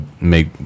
make